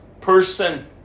person